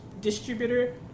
distributor